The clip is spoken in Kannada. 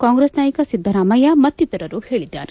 ಕಾಂಗ್ರೆಸ್ ನಾಯಕ ಸಿದ್ದರಾಮಯ್ಯ ಮತ್ತಿತರರು ಹೇಳಿದ್ದಾರೆ